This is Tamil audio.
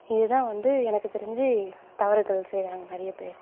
இது தான் வந்து எனக்கு தெரிஞ்சு தவறுகள் செய்கிறாங்க நிறைய பேர்